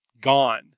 gone